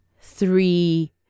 three